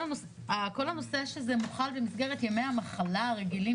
הנושא שזה מוכל במסגרת ימי המחלה הרגילים